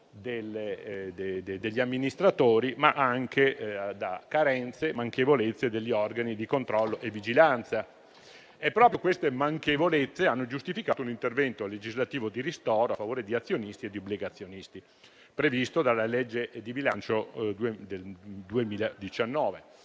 degli amministratori, ma anche a carenze e manchevolezze degli organi di controllo e vigilanza. Proprio tali manchevolezze hanno giustificato l'intervento legislativo di ristoro a favore di azionisti e obbligazionisti, previsto dalla legge di bilancio del 2019.